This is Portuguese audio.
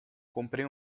comprei